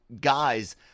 guys